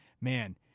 man